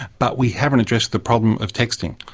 but we haven't addressed the problem of texting.